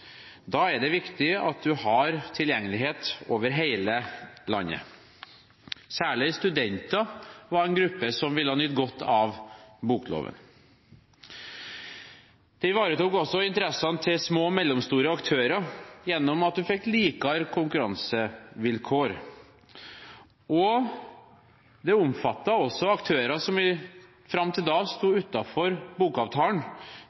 Da er det viktig at man har tilgjengelighet over hele landet. Særlig studenter var en gruppe som ville nytt godt av bokloven. Vi ivaretok også interessene til små og mellomstore aktører ved at man fikk likere konkurransevilkår. Det omfattet også aktører som fram til